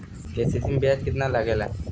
KCC में ब्याज कितना लागेला?